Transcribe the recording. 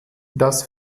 das